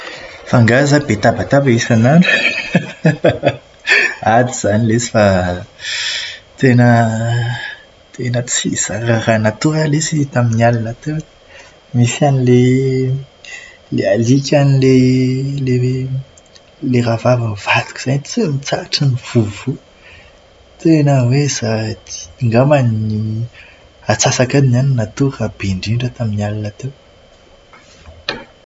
Fa nga zaho be tabataba isanandro? Ah, tsy izany letsy fa pff, tena tena tsy zara raha natory aho lesy tamin'ny alina teo. Nisy an'ilay ilay alikan'ilay ilay ilay rahavavin'ny vadiko izay tsy mitsahatra mivovoha. Tena hoe za- angambany atsasak'adiny aho no natory raha be indrindra tamin'ny alina teo.